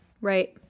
Right